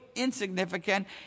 Insignificant